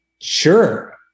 Sure